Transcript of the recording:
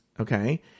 Okay